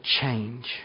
change